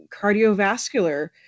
cardiovascular